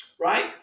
right